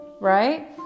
right